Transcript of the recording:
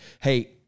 hey